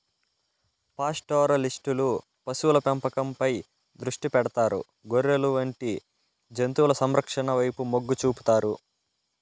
పాస్టోరలిస్టులు పశువుల పెంపకంపై దృష్టి పెడతారు, గొర్రెలు వంటి జంతువుల సంరక్షణ వైపు మొగ్గు చూపుతారు